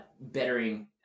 bettering